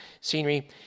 scenery